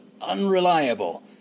unreliable